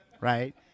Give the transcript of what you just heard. right